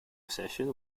session